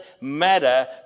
matter